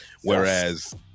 Whereas